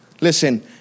listen